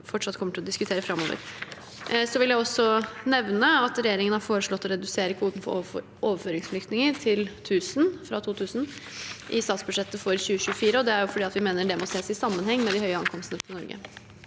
Jeg vil også nevne at regjeringen har foreslått å redusere kvoten for overføringsflyktninger fra 2 000 til 1 000 i statsbudsjettet for 2024. Det er fordi vi mener det må ses i sammenheng med de høye ankomstene til Norge.